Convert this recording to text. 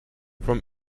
from